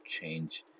change